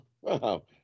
wow